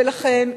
ולכן,